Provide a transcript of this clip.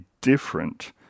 different